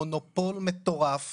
כמונופול מטורף